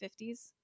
50s